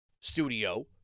studio